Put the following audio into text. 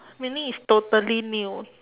meaning it's totally new